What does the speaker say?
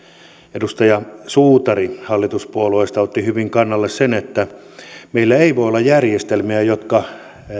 edustaja suutari hallituspuolueesta otti hyvin kantaa siihen että meillä ei voi olla järjestelmiä jotka